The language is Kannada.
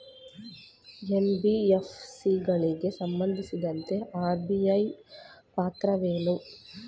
ಎನ್.ಬಿ.ಎಫ್.ಸಿ ಗಳಿಗೆ ಸಂಬಂಧಿಸಿದಂತೆ ಆರ್.ಬಿ.ಐ ಪಾತ್ರವೇನು?